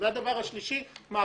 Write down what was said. והדבר הזה פוגע ביכולת העבודה שלנו.